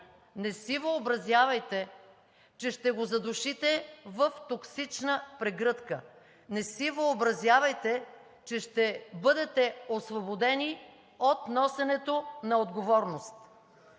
не си въобразявайте, че ще го задушите в токсична прегръдка! Не си въобразявайте, че ще бъдете освободени от носенето на отговорност!